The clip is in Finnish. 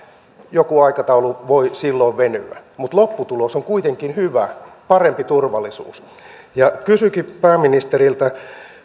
joku aikataulu voi silloin venyä mutta lopputulos on kuitenkin hyvä parempi turvallisuus kysynkin pääministeriltä